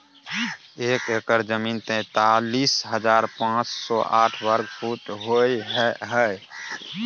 एक एकड़ जमीन तैंतालीस हजार पांच सौ साठ वर्ग फुट होय हय